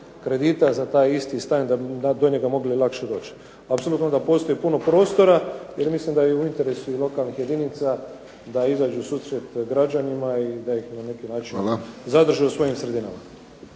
za taj isti stan da bi do njega mogli lakše doći. Apsolutno da postoji puno prostora jer mislim da je u interesu i lokalnih jedinica da izađu u susret građanima i da ih na neki način zadrže u svojim sredinama.